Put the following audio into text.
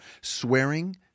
swearing